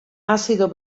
azido